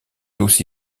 aussi